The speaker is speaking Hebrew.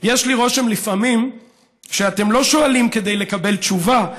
יש לי רושם לפעמים שאתם לא שואלים כדי לקבל תשובה,